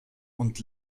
und